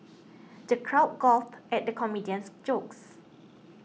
the crowd guffawed at the comedian's jokes